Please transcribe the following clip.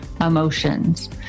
emotions